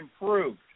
improved